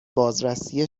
بازرسی